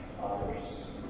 Others